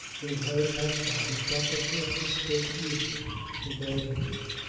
then harry passed on, and felt that he had escaped easily in that interview.